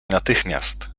natychmiast